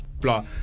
blah